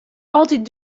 altyd